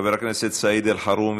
חבר הכנסת סעיד אלחרומי,